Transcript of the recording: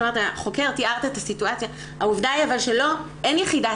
תיארת את הסיטואציה אבל העובדה היא אין יחידת